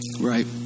Right